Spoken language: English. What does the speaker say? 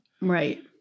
right